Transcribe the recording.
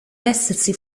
essersi